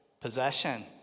possession